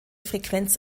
frequenz